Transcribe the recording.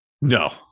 No